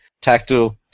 Tactical